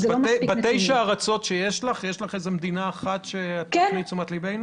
אז מתוך תשע הארצות האלה יש מדינה שאת רוצה להפנות את תשומת ליבנו אליה?